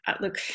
look